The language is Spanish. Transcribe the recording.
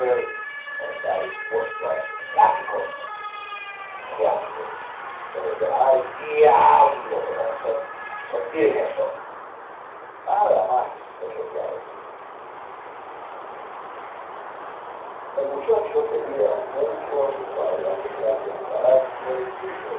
no está dispuesto a esos tráficos y que antes se lo llevará el diablo que consentir en eso nada más te quería decir el muchacho quería mucho a su padre a pesar del carácter duro